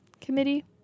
committee